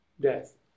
death